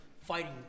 fighting